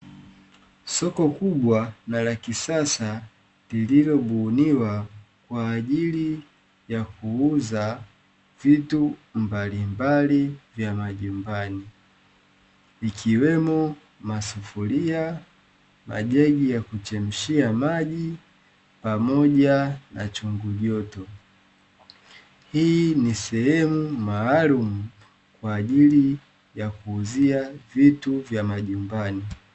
Soko kubwa na la kisasa lililo buniwa kwa ajili ya kuuza vitu mbalimbali vya majumbani, Ikiwemo masufuria, majagi ya kuchemshia maji pamoja na chungu joto hii ni sehemu maalumu kwa ajili ya kuuzia vitu vya majumbani.